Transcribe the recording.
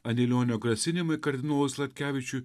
anilionio grasinimai kardinolui sladkevičiui